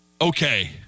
okay